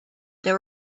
there